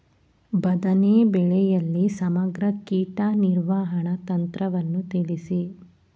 ಬದನೆ ಬೆಳೆಯಲ್ಲಿ ಸಮಗ್ರ ಕೀಟ ನಿರ್ವಹಣಾ ತಂತ್ರವನ್ನು ತಿಳಿಸಿ?